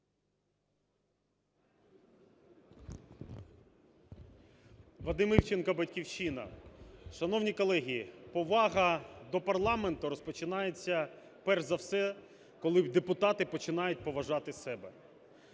Вадим Івченко, "Батьківщина". Шановні колеги, повага до парламенту розпочинається, перш за все, коли депутати починають поважати себе.